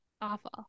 Awful